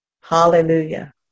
Hallelujah